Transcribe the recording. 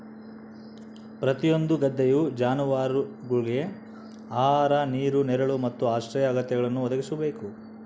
ಪ್ರತಿಯೊಂದು ಗದ್ದೆಯು ಜಾನುವಾರುಗುಳ್ಗೆ ಆಹಾರ ನೀರು ನೆರಳು ಮತ್ತು ಆಶ್ರಯ ಅಗತ್ಯಗಳನ್ನು ಒದಗಿಸಬೇಕು